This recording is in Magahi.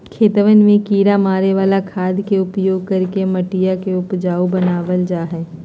खेतवन में किड़ा मारे वाला खाद के उपयोग करके मटिया के उपजाऊ बनावल जाहई